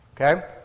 Okay